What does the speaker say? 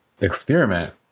experiment